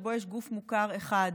שבו יש גוף מוכר אחד,